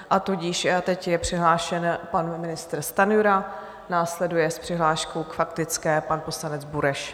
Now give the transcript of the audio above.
A tudíž teď je přihlášen pan ministr Stanjura, následuje s přihláškou k faktické pan poslanec Bureš.